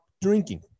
drinking